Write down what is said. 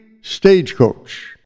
Stagecoach